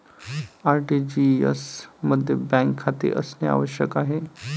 RTGS मध्ये bank खाते असणे आवश्यक आहे